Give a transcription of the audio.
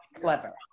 Clever